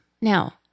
Now